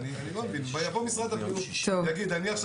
אז בכלל הסעיף הזה נכנס